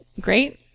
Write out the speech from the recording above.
great